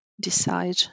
decide